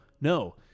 no